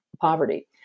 poverty